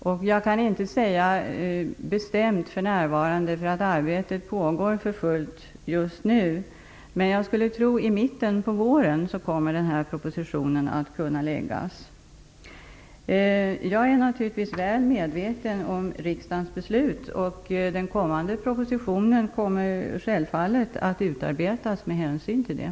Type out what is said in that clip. Jag kan inte säga det bestämt för närvarande, därför att arbetet pågår för fullt just nu. Jag skulle tro att propositionen kan läggas fram i mitten på våren. Jag är naturligtvis väl medveten om riksdagens beslut, och den kommande propositionen skall självfallet utarbetas med hänsyn till det.